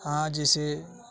ہاں جیسے